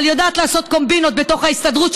אבל היא יודעת לעשות קומבינות בתוך ההסתדרות,